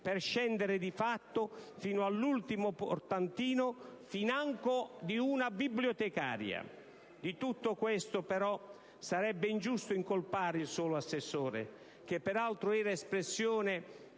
per scendere di fatto fino all'ultimo portantino, financo ad una bibliotecaria. Di tutto questo però sarebbe ingiusto incolpare il solo assessore, che peraltro era espressione